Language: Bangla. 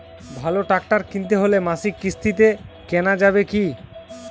ভালো ট্রাক্টর কিনতে হলে মাসিক কিস্তিতে কেনা যাবে কি?